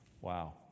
Wow